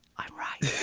i'm right.